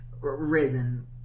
risen